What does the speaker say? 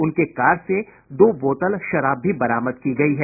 उनके कार से दो बोतल शराब भी बरामद की गयी है